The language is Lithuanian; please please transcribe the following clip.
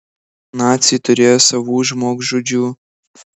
naciai turėjo savų žmogžudžių